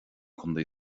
contae